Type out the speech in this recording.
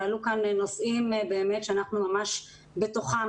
עלו כאן נושאים באמת שאנחנו ממש בתוכם,